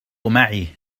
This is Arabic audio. معي